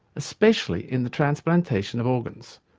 especially in the transplantation of organs.